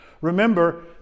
Remember